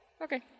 Okay